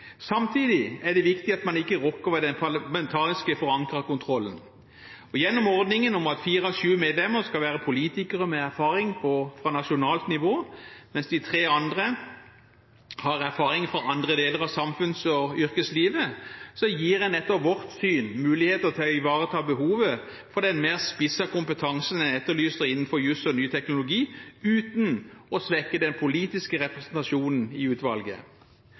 Samtidig er det viktig at man ikke rokker ved den parlamentarisk forankrede kontrollen. Gjennom ordningen med at fire av sju medlemmer skal være politikere med erfaring fra nasjonalt nivå mens de tre andre har erfaring fra andre deler av samfunns- og yrkeslivet, gir en etter vårt syn mulighet til å ivareta behovet for den mer spissede kompetansen en etterlyser innenfor jus og ny teknologi, uten å svekke den politiske representasjonen i utvalget.